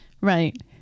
right